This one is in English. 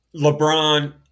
LeBron